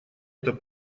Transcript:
это